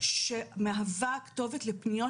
בתהליך של הדברים שקורים להם